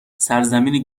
سرزمینی